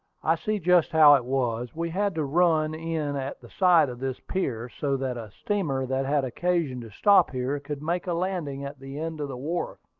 i see just how it was we had to run in at the side of this pier, so that a steamer that had occasion to stop here could make a landing at the end of the wharf.